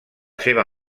seva